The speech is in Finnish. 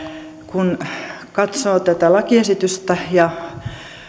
kun katsoo tätä lakiesitystä ja